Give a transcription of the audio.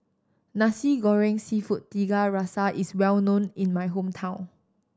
Nasi Goreng Seafood Tiga Rasa is well known in my hometown